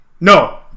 No